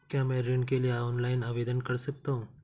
क्या मैं ऋण के लिए ऑनलाइन आवेदन कर सकता हूँ?